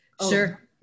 Sure